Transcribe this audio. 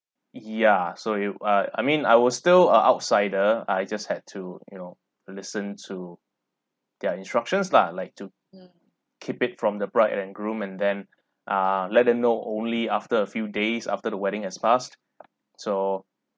ya so you uh I mean I was still a outsider I just had to you know listen to their instructions lah like to keep it from the bride and groom and then uh let them know only after a few days after the wedding has passed so